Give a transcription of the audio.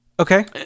Okay